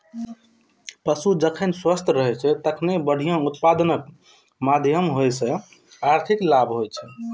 पशु जखन स्वस्थ रहै छै, तखने बढ़िया उत्पादनक माध्यमे ओइ सं आर्थिक लाभ होइ छै